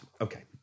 Okay